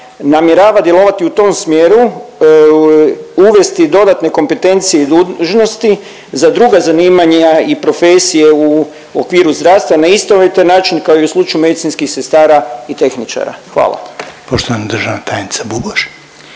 namjerava djelovati u tom smjeru, uvesti dodatne kompetencije i dužnosti za druga zanimanja i profesije u okviru zdravstva na istovjetan način kao i u slučaju medicinskih sestara i tehničara? Hvala. **Reiner, Željko